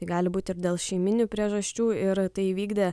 gali būti ir dėl šeiminių priežasčių ir tai įvykdė